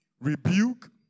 Rebuke